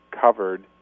covered